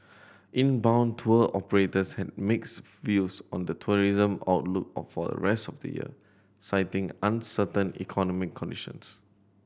inbound tour operators had mixed views on the tourism outlook or for the rest of the year citing uncertain economic conditions